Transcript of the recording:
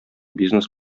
бизнес